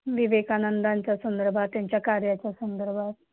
विवेकानंदांच्या संदर्भात त्यांच्या कार्याच्या संदर्भात